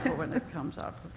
when it comes out